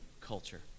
culture